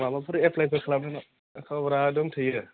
माफोर एप्लाइफोर खालामदों नामा खबरा दंथयो